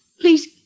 Please